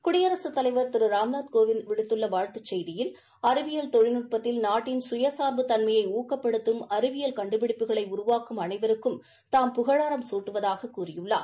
குடியரசுத் தலைவா் திரு ராம்நாத்கோவிந்த் விடுத்து வாழ்த்துச் செய்தியில் அறிவியல் தொழில்நுட்பத்தில் நாட்டின் சுய சாா்பு தன்மையை ஊக்கப்படுத்தும் அறிவியல் கண்டு பிடிப்புகளை உருவாக்கும் அனைவருக்கும் தாம் புகழாரம் சூட்டுவதாகக் கூறியுள்ளார்